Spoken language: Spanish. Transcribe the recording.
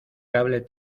cable